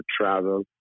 travel